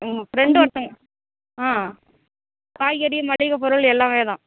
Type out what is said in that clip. நம்ம ஃப்ரெண்டு ஒருத்தங்க ஆ காய்கறி மளிகை பொருள் எல்லாம் தான்